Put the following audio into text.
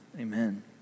Amen